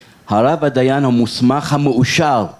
הרב הדיין המוסמך המאושר